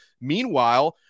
Meanwhile